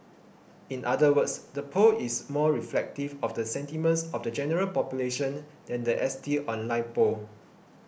in other words the poll is more reflective of the sentiments of the general population than the S T online poll